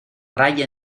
raya